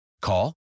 Call